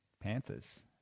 Panthers